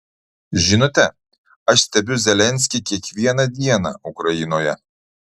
žinote aš stebiu zelenskį kiekvieną dieną ukrainoje